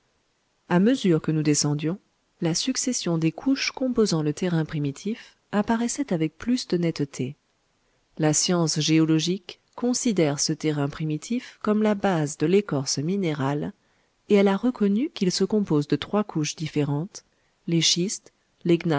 a mesure que nous descendions la succession des couches composant le terrain primitif apparaissait avec plus de netteté la science géologique considère ce terrain primitif comme la base de l'écorce minérale et elle a reconnu qu'il se compose de trois couches différentes les schistes